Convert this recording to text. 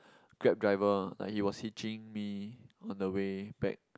Grab driver ah like he was hitching me on the way back